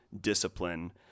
discipline